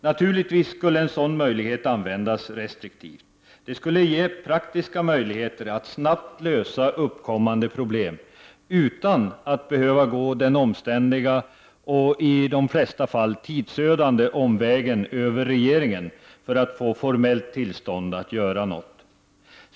Naturligtvis skulle en sådan möjlighet användas restriktivt. Det skulle ge praktiska möjligheter att snabbt lösa uppkommande problem utan att behöva gå den omständliga och i de flesta fall tidsödande omvägen över regeringen för att få formellt tillstånd att göra något.